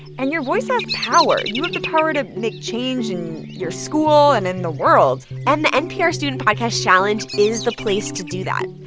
and your voice has power. you have the power to make change in your school and in the world and the npr student podcast challenge is the place to do that.